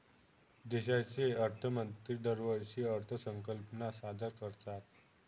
देशाचे अर्थमंत्री दरवर्षी अर्थसंकल्प सादर करतात